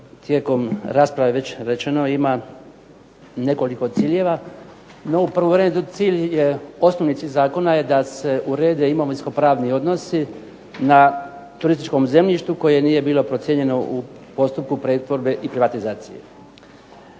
tijekom rasprave već rečeno, ima nekoliko ciljeva. No, u prvom redu osnovni cilj zakona je da se urede imovinsko-pravni odnosi na turističkom zemljištu koje nije bilo procijenjeno u postupku pretvorbe i privatizacije.